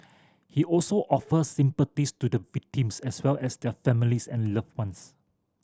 he also offered sympathies to the victims as well as their families and loved ones